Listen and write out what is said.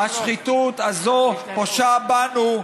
השחיתות הזאת פושה בנו.